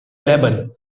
leben